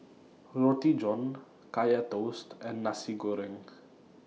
Roti John Kaya Toast and Nasi Goreng